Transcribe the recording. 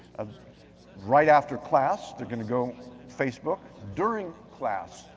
ah right after class they're gonna go facebook, during class,